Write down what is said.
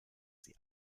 sie